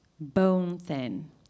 Bone-thin